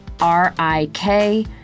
R-I-K